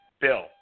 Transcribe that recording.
Bill